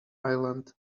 island